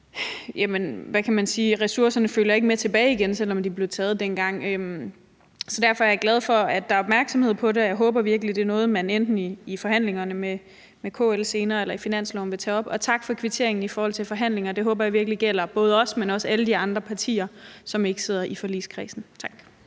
meget godt, nemlig at ressourcerne ikke følger med tilbage igen, selv om de blev taget, dengang man indførte folkeskolereformen. Så derfor er jeg glad for, at der er opmærksomhed på det, og jeg håber virkelig, det er noget, man enten i forhandlingerne med KL senere eller i finansloven vil tage op. Og tak for kvitteringen i forhold til forhandlingerne. Det håber jeg virkelig gælder både os, men også alle de andre partier, som ikke sidder i forligskredsen. Tak.